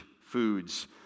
foods